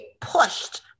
pushed